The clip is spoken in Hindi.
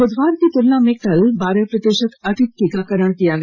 बुधवार की तुलना में कल बारह प्रतिशत अधिक टीकाकरण किया गया